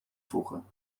voegen